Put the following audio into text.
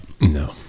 No